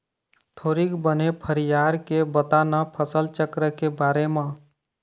थोरिक बने फरियार के बता न फसल चक्र के बारे म